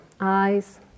eyes